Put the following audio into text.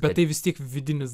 bet tai vis tiek vidinis